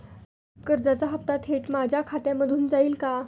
कर्जाचा हप्ता थेट माझ्या खात्यामधून जाईल का?